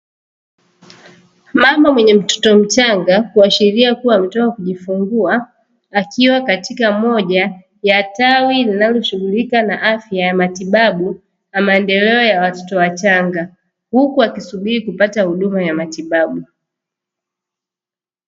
Mama mwenye mtoto mchanga kuashiria kuwa ametoka kujifungua, akiwa katika moja ya tawi linaloshughulika na afya ya matibabu, na maendeleo ya watoto wachanga, huku akisubiri kupata huduma ya matibabu.